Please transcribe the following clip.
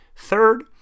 Third